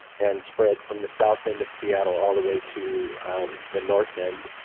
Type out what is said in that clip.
and spread from the south end of seattle all the way to the north end.